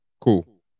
Cool